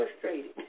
frustrated